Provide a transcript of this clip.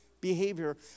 behavior